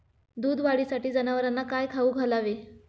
दूध वाढीसाठी जनावरांना काय खाऊ घालावे?